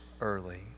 early